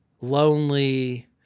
lonely